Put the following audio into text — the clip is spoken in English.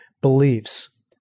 beliefs